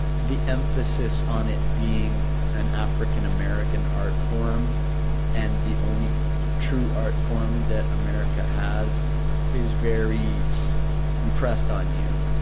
the emphasis on it being an african-american art form and the only true art form that america has is very impressed on you,